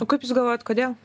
o kaip jūs galvojat kodėl